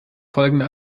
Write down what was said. folgende